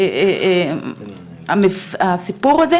הסיפור הזה.